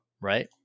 right